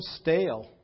stale